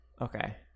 Okay